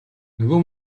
нөгөө